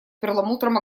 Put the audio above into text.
перламутром